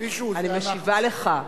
אני משיבה לך.